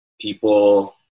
People